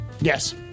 Yes